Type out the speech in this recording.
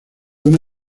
una